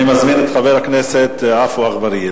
אני מזמין את חבר הכנסת עפו אגבאריה.